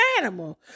animal